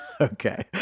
Okay